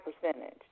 percentage